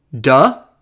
Duh